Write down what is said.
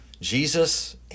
Jesus